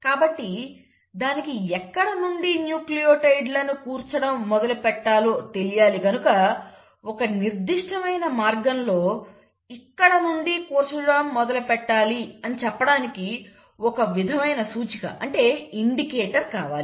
కాబట్టి దానికి ఎక్కడ నుండి న్యూక్లియోటైడ్ లను కూర్చడం మొదలుపెట్టాలో తెలియాలి కనుక ఒక నిర్దిష్టమైన మార్గంలో ఇక్కడ నుండి కూర్చడం మొదలుపెట్టాలని చెప్పడానికి ఒక విధమైన సూచిక అంటే ఇండికేటర్ కావాలి